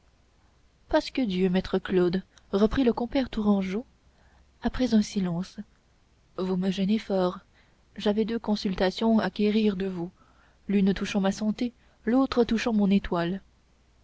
pasquedieu maître claude reprit le compère tourangeau après un silence vous me gênez fort j'avais deux consultations à requérir de vous l'une touchant ma santé l'autre touchant mon étoile